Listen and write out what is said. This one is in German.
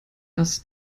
dass